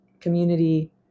community